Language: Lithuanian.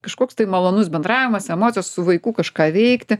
kažkoks tai malonus bendravimas emocijos su vaiku kažką veikti